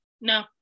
No